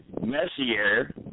Messier